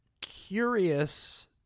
curious